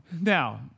now